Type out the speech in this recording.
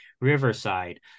Riverside